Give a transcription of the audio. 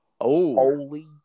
holy